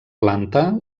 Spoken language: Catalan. planta